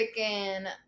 freaking